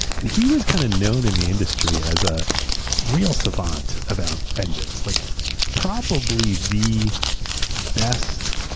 and he was kind of known in the industry as a real savant about engines. like probably the best,